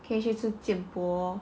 可以去吃建波